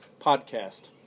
podcast